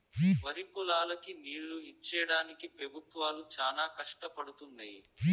వరిపొలాలకి నీళ్ళు ఇచ్చేడానికి పెబుత్వాలు చానా కష్టపడుతున్నయ్యి